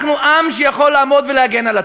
אנחנו עם שיכול לעמוד ולהגן על עצמו.